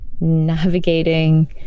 navigating